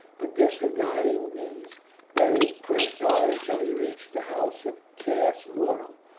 but disregarding these beric pressed on until he reached the house of caius muro.